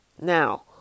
Now